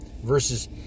versus